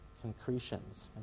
concretions